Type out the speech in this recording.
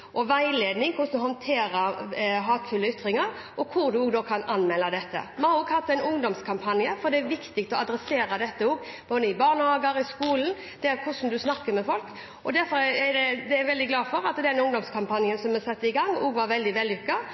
og veiledning i hvordan man skal håndtere hatefulle ytringer, og hvor man kan anmelde dette. Vi har også hatt en ungdomskampanje, for det er viktig å adressere dette med hvordan man skal snakke med folk, også i barnehager og i skolen. Derfor er jeg veldig glad for at ungdomskampanjen vi satte i gang, var veldig